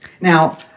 Now